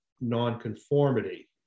nonconformity